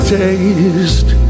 taste